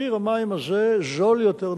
מחיר המים הזה זול יותר,